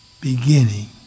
beginning